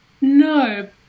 no